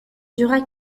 dura